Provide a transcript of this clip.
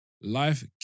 life